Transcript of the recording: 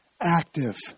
active